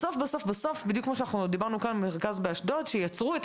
בסוף כפי שדיברנו כאן עם המשרד באשדוד שיצרו את